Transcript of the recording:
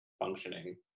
functioning